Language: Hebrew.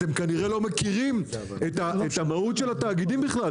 חבר'ה אתם כנראה לא מכירים את המהות של התאגידים בכלל,